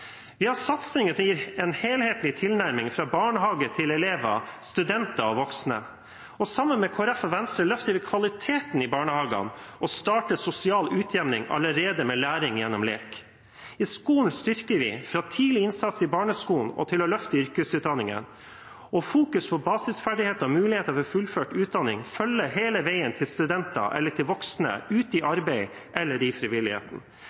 Vi har satsinger som gir en helhetlig tilnærming fra barnehage til elever, studenter og voksne, og sammen med Kristelig Folkeparti og Venstre løfter vi kvaliteten i barnehagene og starter sosial utjevning allerede med læring gjennom lek. I skolen styrker vi fra tidlig innsats i barneskolen og til å løfte yrkesutdanningene, og fokus på basisferdigheter og muligheter for fullført utdanning følger hele veien til studenter eller til voksne ute i arbeid eller i frivilligheten.